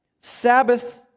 Sabbath